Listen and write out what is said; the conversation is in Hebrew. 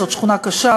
זו שכונה קשה,